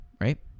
right